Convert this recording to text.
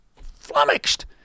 flummoxed